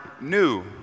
new